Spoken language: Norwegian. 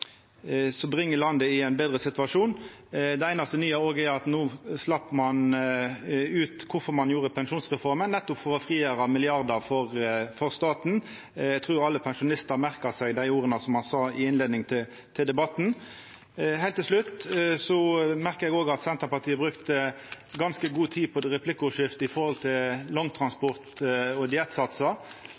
så når dei etterlyser reformer, kan dei i alle fall begynna med å støtta opp under dei reformene som bringer landet i ein betre situasjon. Det einaste nye er at no sleppte ein ut kvifor ein vedtok pensjonsreforma. Det var nettopp for å frigjera milliardar for staten. Eg trur alle pensjonistar merka seg orda hans i innleiinga til debatten. Heilt til slutt: Eg merka meg at Senterpartiet brukte ganske god tid i replikkordskiftet på langtransport og